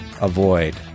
avoid